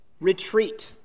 retreat